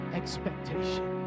expectation